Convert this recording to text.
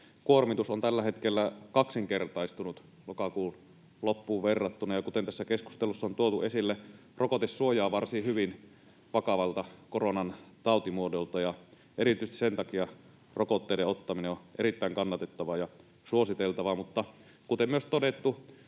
kuormitus on tällä hetkellä kaksinkertaistunut lokakuun loppuun verrattuna. Kuten tässä keskustelussa on tuotu esille, rokote suojaa varsin hyvin vakavalta koronan tautimuodolta, ja erityisesti sen takia rokotteiden ottaminen on erittäin kannatettavaa ja suositeltavaa. Mutta kuten myös todettu,